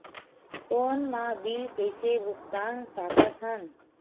Phone मा bill कइसे भुक्तान साकत हन?